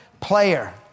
player